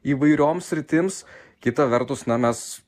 įvairioms sritims kita vertus na mes